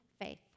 faith